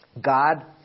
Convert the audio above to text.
God